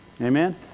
Amen